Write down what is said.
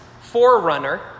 forerunner